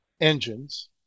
engines